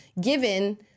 given